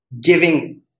giving